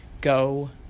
Go